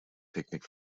picnic